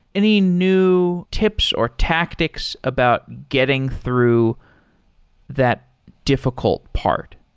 any new tips or tactics about getting through that difficult part?